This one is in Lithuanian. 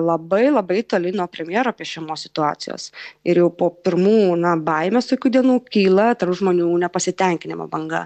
labai labai toli nuo premjero piešiamos situacijos ir jau po pirmų na baimės tokių dienų kyla tarp žmonių nepasitenkinimo banga